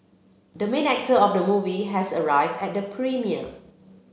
the main actor of the movie has arrived at the premiere